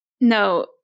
No